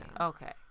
okay